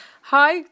Hi